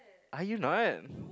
are you not